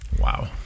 Wow